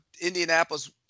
Indianapolis